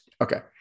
Okay